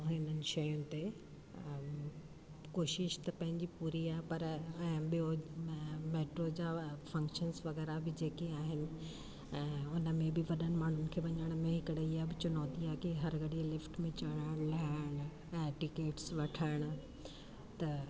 हिननि शयुनि ते ऐं कोशिशि त पंहिंजी पूरी आहे पर ऐं ॿियों मेट्रो जा फंक्शंस वग़ैरह जेके बि आहिनि ऐं उन में बि वॾनि माण्हुनि खे वञण में हिकिड़ी इहा बि चुनौती आहे की हर घड़ी लिफ्ट में चढ़णु लहणु ऐं टिकेट्स वठणु त